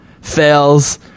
fails